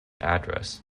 address